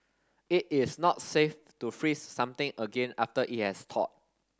it is not safe to freeze something again after it has thawed